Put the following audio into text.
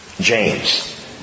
James